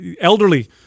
elderly